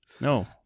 No